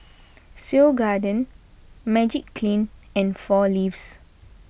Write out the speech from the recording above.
Seoul Garden Magiclean and four Leaves